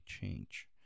change